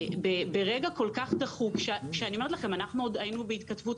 ברגע כל כך דחוק ואנחנו היינו בהתכתבות